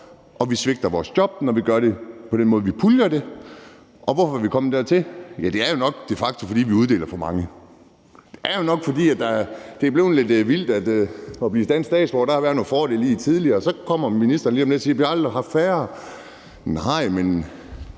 Og vi svigter vores job, når vi gør det på den måde, at vi puljer det. Hvorfor er vi kommet dertil? Det er jo nok de facto, fordi vi uddeler for mange. Det er jo nok, fordi det er blevet lidt vildt at blive dansk statsborger. Der har været nogle fordele ved det tidligere. Og så kommer ministeren lige om lidt og siger, at vi aldrig har haft færre. Nej, men